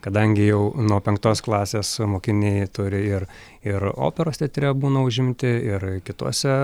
kadangi jau nuo penktos klasės mokiniai turi ir ir operos teatre būna užimti ir kituose